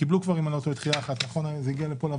אם אני לא טועה הן קיבלו כבר דחייה אחת וזה הגיע פה לוועדה.